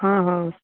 हँ हँ